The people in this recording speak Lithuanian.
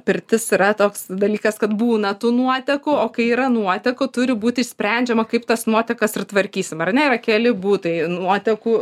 pirtis yra toks dalykas kad būna tų nuotekų o kai yra nuotekų turi būti sprendžiama kaip tas nuotekas ir tvarkysim ar ne yra keli būdai nuotekų